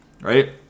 right